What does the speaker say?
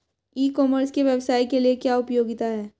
ई commerce के व्यवसाय के लिए क्या उपयोगिता है?